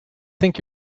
think